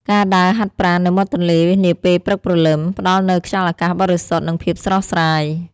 ការដើរហាត់ប្រាណនៅមាត់ទន្លេនាពេលព្រឹកព្រលឹម ផ្ដល់នូវខ្យល់អាកាសបរិសុទ្ធ និងភាពស្រស់ស្រាយ។